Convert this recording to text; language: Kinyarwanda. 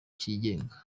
kigenga